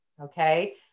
okay